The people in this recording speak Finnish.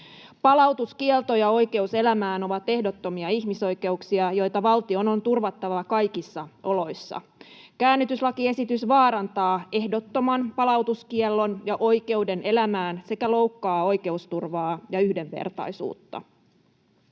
Palautuskielto ja oikeus elämään ovat ehdottomia ihmisoikeuksia, joita valtion on turvattava kaikissa oloissa. Käännytyslakiesitys vaarantaa ehdottoman palautuskiellon ja oikeuden elämään sekä loukkaa oikeusturvaa ja yhdenvertaisuutta.